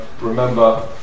remember